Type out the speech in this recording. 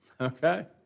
Okay